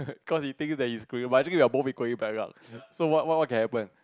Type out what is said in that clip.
cause he thinks that it's going but it's actually we're both equally bankrupt so what what what can happen